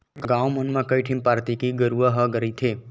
गाँव मन म कइठन पराकिरितिक नरूवा ह रहिथे